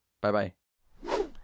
Bye-bye